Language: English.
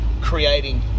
creating